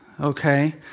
okay